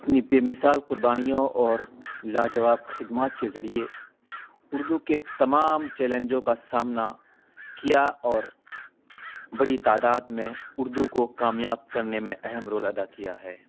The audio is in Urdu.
اپنی بے مثال قربانیوں اور لاجواب خدمات کے ذریعے اردو کے تمام چیلنجوں کا سامنا کیا اور بڑی تعداد میں اردو کو کامیاب کرنے میں اہم رول ادا کیا ہے